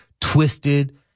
twisted